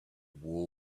wool